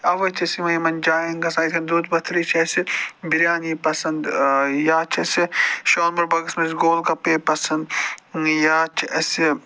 اَوَے چھِ أسۍ یِمَن یِمَن جایَن گژھان یِتھٕ کٔنۍ دۅدٕ پتھری چھِ اَسہِ بریانی پَسنٛد یا چھِ اَسہِ شالمور باغَس منٛز گول گپے پَسنٛد یا چھِ اَسہِ